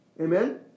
Amen